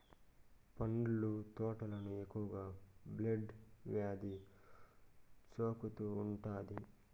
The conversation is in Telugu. పండ్ల తోటలకు ఎక్కువగా బ్లైట్ వ్యాధి సోకుతూ ఉంటాది